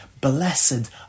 Blessed